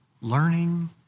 learning